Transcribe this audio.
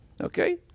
Okay